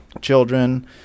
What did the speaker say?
children